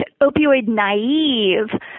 opioid-naive